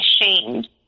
ashamed